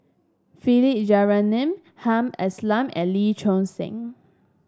Philip Jeyaretnam Hamed Ismail and Lee Choon Seng